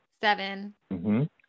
seven